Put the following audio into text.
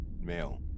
Male